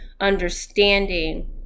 understanding